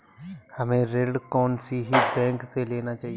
हमें ऋण कौन सी बैंक से लेना चाहिए?